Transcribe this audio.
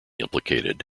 implicated